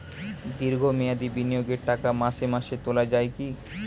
দীর্ঘ মেয়াদি বিনিয়োগের টাকা মাসে মাসে তোলা যায় কি?